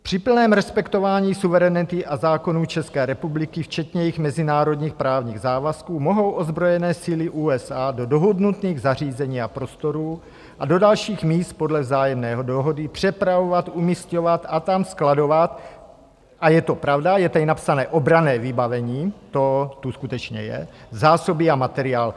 Při plném respektování suverenity a zákonů České republiky včetně jejích mezinárodních právních závazků mohou ozbrojené síly USA do dohodnutých zařízení a prostorů a do dalších míst podle vzájemného dohody přepravovat, umisťovat a tam skladovat a je to pravda, je tady napsané obranné vybavení, to tu skutečně je, zásoby a materiál.